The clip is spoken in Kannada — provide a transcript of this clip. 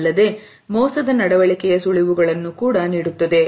ಅಲ್ಲದೆ ಮೋಸದ ನಡವಳಿಕೆಯ ಸುಳಿವುಗಳನ್ನು ಕೂಡ ನೀಡುತ್ತದೆ